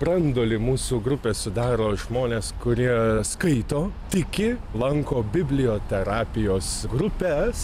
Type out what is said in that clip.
branduolį mūsų grupės sudaro žmonės kurie skaito tiki lanko biblioterapijos grupes